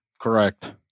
Correct